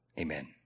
Amen